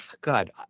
God